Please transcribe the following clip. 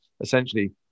essentially